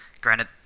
Granted